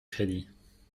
crédits